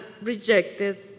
rejected